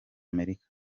amerika